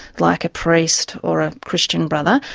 like a priest or a christian brother,